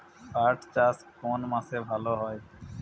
পাট চাষ কোন মাসে ভালো হয়?